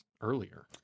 earlier